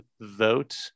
vote